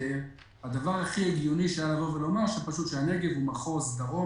הדבר הכי הגיוני שאפשר היה לומר זה שהנגב הוא מחוז דרום